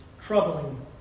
Troubling